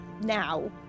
Now